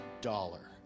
dollar